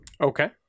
Okay